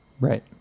right